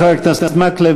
תודה לחבר הכנסת מקלב.